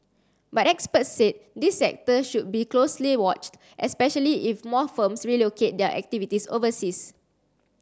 but experts said this sector should be closely watched especially if more firms relocate their activities overseas